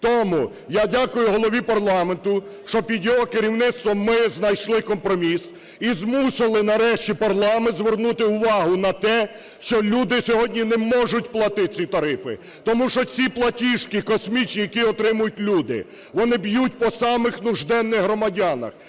Тому я дякую голові парламенту, що під його керівництвом ми знайшли компроміс і змусили нарешті парламент звернути увагу на те, що люди сьогодні не можуть платить ці тарифи, тому що ці платіжки космічні, які отримують люди, вони б'ють по самих нужденних громадянах.